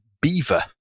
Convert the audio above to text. beaver